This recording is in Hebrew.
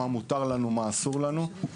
לגבי מה מותר לנו ומה אסור לנו,